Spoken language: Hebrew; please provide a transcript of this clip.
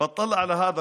מסתכל על זו